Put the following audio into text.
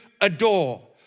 adore